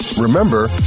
Remember